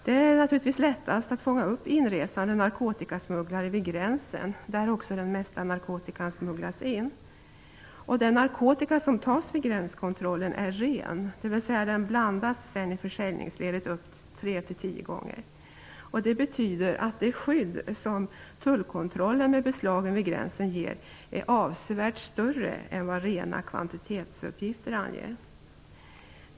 Det är naturligtvis lättast att fånga upp inresande narkotikasmugglare vid gränsen, där också den mesta narkotikan smugglas in. Den narkotika som tas vid gränskontrollen är ren, dvs. den blandas i försäljningsledet upp tre till tio gånger. Det betyder att det skydd som tullkontrollen genom beslagen vid gränsen ger är avsevärt större än rena kvantitetsuppgifter anger.